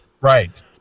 Right